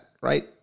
right